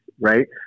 right